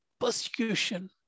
persecution